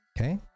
Okay